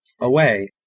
away